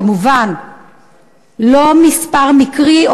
כמובן לא מספר מקרי,